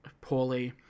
poorly